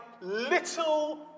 little